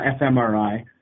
fMRI